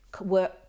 work